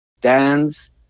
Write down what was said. Dance